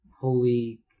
holy